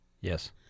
Yes